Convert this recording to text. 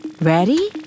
Ready